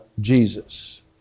Jesus